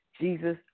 Jesus